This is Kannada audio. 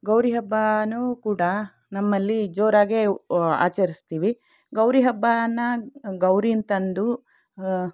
ಗೌರಿ ಹಬ್ಬವೂ ಕೂಡ ನಮ್ಮಲ್ಲಿ ಜೋರಾಗೇ ಆಚರಿಸ್ತೀವಿ ಗೌರಿ ಹಬ್ಬನಾ ಗೌರೀನ ತಂದು